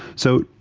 so,